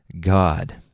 God